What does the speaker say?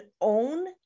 own